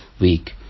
week